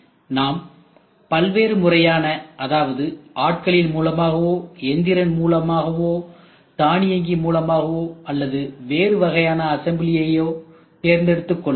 நாம் வெவ்வேறு முறையான அதாவது ஆட்களின் மூலமாகவோ எந்திரன் மூலமாகவோ தானியங்கி மூலமாகவோ அல்லது வேறு வகையான அசம்பிளியையோ தேர்ந்தெடுத்துக் கொள்ளலாம்